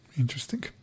interesting